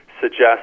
suggest